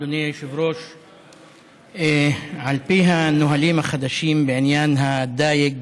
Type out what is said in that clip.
אדוני היושב-ראש, על פי הנהלים החדשים בעניין הדיג